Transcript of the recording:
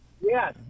Yes